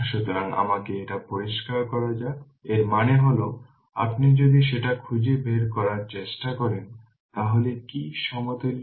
সুতরাং আমাকে এটা পরিষ্কার করা যাক এর মানে হল আপনি যদি সেটা খুঁজে বের করার চেষ্টা করেন তাহলে কি সমতুল্য